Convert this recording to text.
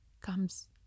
comes